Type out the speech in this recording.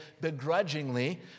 begrudgingly